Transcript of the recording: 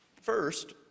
first